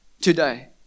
today